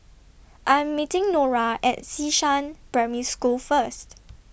I Am meeting Norah At Xishan Primary School First